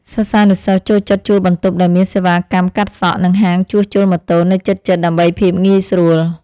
សិស្សានុសិស្សចូលចិត្តជួលបន្ទប់ដែលមានសេវាកម្មកាត់សក់ និងហាងជួសជុលម៉ូតូនៅជិតៗដើម្បីភាពងាយស្រួល។